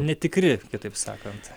netikri kitaip sakant